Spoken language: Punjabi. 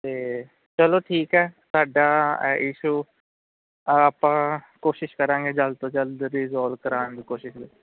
ਅਤੇ ਚਲੋ ਠੀਕ ਹੈ ਤੁਹਾਡਾ ਅ ਇਸ਼ੂ ਆਪਾਂ ਕੋਸ਼ਿਸ਼ ਕਰਾਂਗੇ ਜਲਦ ਤੋਂ ਜਲਦ ਅਸੀਂ ਰੀਸੋਲਵ ਕਰਵਾਉਣ ਦੀ ਕੋਸ਼ਿਸ਼